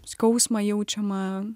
skausmą jaučiamą